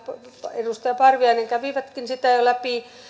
parviainen kävivätkin sitä jo läpi